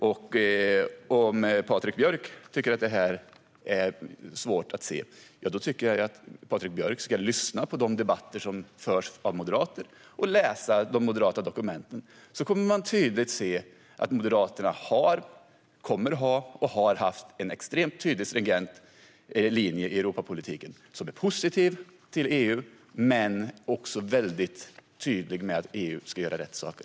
Om Patrik Björck tycker att detta är svårt att se tycker jag att han ska lyssna på de debatter som förs av moderater och läsa de moderata dokumenten. Då kommer han tydligt att se att Moderaterna har, kommer att ha och har haft en extremt tydlig och stringent linje i Europapolitiken. Den är positiv till EU men mycket tydlig med att EU ska göra rätt saker.